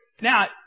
Now